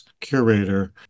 curator